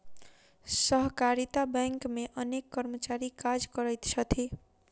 सहकारिता बैंक मे अनेक कर्मचारी काज करैत छथि